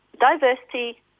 Diversity